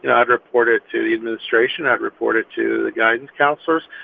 and i'd report it to the administration. i'd report it to the guidance counselors.